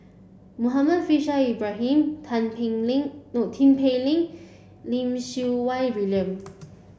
Muhammad Faishal Ibrahim Tan Pei Ling Low Tin Pei Ling Lim Siew Wai William